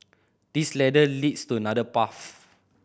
this ladder leads to another path